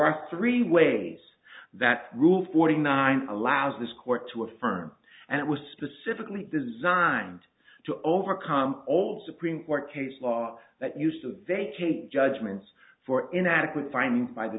are three ways that rule forty nine allows this court to affirm and it was specifically designed to overcome all supreme court case law that used to vacate judgments for inadequate finding by the